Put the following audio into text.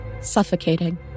suffocating